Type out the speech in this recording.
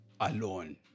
alone